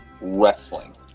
wrestling